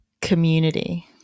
community